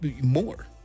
more